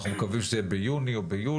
אנחנו מקווים שזה יהיה ביוני או ביולי,